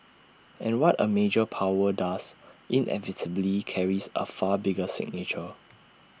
and what A major power does inevitably carries A far bigger signature